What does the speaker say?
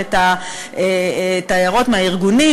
את ההערות מהארגונים,